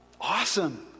Awesome